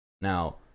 Now